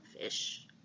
fish